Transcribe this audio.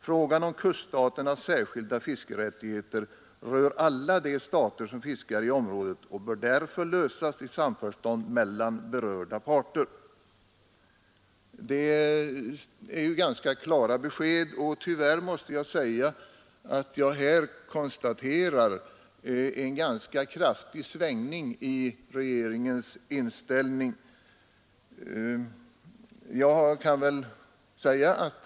Frågan om kuststaternas särskilda fiskerättigheter rör alla de stater som fiskar i området och bör därför lösas i samförstånd mellan berörda stater.” Det är ju rätt klara besked, och tyvärr måste jag här konstatera en ganska kraftig svängning i regeringens inställning.